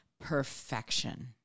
perfection